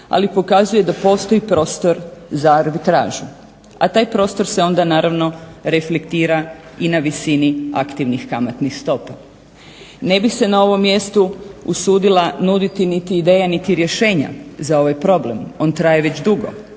ali pokazuje da postoji prostor za arbitražu, a taj prostor se onda naravno reflektira i na visini aktivnih kamatnih stopa. Ne bih se na ovom mjestu usudila nuditi niti ideje, niti rješenja za ovaj problem, on traje već dugo